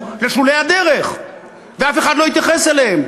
לשולי הדרך ואף אחד לא התייחס אליהם.